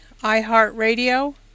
iHeartRadio